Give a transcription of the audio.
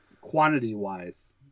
quantity-wise